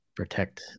protect